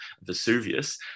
Vesuvius